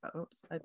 oops